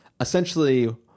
essentially